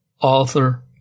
author